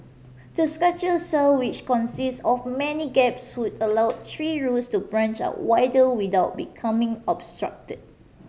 the structural cell which consist of many gaps would allow tree roots to branch out wider without becoming obstructed